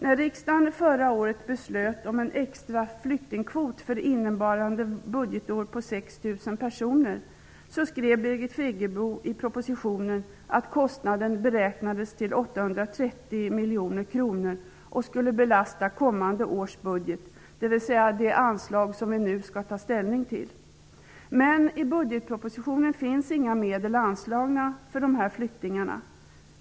När riksdagen förra året beslöt om en extra flyktingkvot för innevarande budgetår på miljoner kronor och skulle belasta kommande års budget, dvs. det anslag som vi nu skall ta ställning till. Men i budgetpropositionen finns inga medel anslagna för dessa flyktingar.